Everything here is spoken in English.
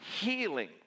healing